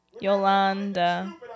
Yolanda